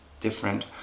different